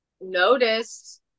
noticed